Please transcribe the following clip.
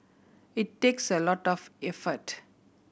it takes a lot of effort